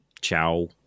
ciao